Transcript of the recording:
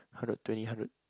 hundred twenty hundred